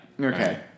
Okay